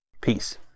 Peace